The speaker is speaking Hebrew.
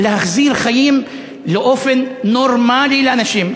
להחזיר את החיים לאופן נורמלי לאנשים,